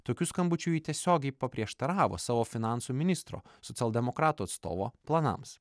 tokiu skambučiu ji tiesiogiai paprieštaravo savo finansų ministro socialdemokratų atstovo planams